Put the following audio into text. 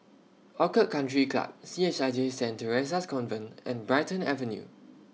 Orchid Country Club C H I J Saint Theresa's Convent and Brighton Avenue